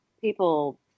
people